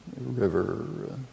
river